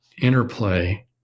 interplay